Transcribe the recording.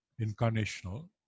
incarnational